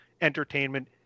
entertainment